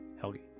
Helgi